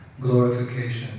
glorification